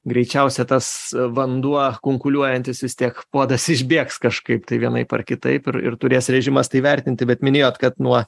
greičiausia tas vanduo kunkuliuojantis vis tiek puodas išbėgs kažkaip tai vienaip ar kitaip ir ir turės režimas tai vertinti bet minėjot kad nuo